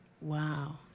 Wow